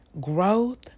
growth